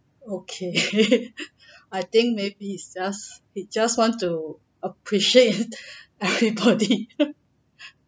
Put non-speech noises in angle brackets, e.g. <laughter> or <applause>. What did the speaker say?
okay <laughs> I think maybe it's just it's just want to appreciate everybody <laughs>